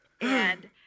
and-